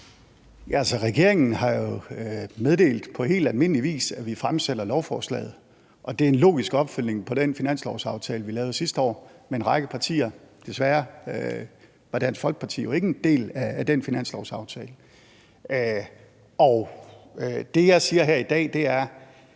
regeringen har jo meddelt på helt almindelig vis, at vi fremsætter lovforslaget, og det er en logisk opfølgning på den finanslovsaftale, vi lavede sidste år med en række partier – desværre var Dansk Folkeparti jo ikke en del af den finanslovsaftale. Og det, jeg siger her i dag, er,